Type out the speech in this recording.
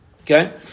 Okay